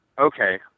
Okay